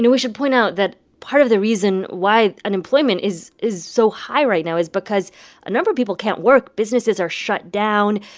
and we should point out that part of the reason why unemployment is is so high right now is because a number of people can't work. businesses are shut down.